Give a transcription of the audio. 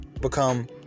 become